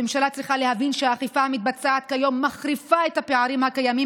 הממשלה צריכה להבין שהאכיפה המתבצעת כיום מחריפה את הפערים הקיימים